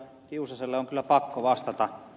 tiusaselle on kyllä pakko vastata